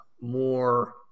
more